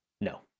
No